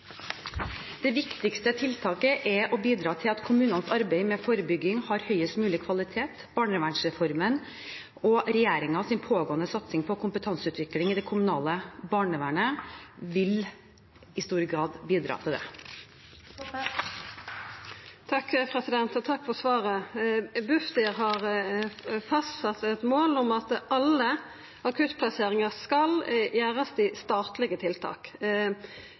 Det viktigste tiltaket er å bidra til at kommunenes arbeid med forebygging har høyest mulig kvalitet. Barnevernsreformen og regjeringens pågående satsing på kompetanseutvikling i det kommunale barnevernet vil i stor grad bidra til det. Takk for svaret. Bufdir har fastsett eit mål om at alle akuttplasseringar skal gjerast i statlege tiltak.